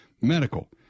Medical